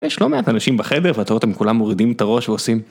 יש לא מעט אנשים בחדר, ואתה רואה אתם כולם מורידים את הראש ועושים...